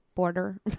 border